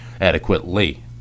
adequately